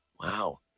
Wow